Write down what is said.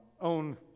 own